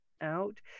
out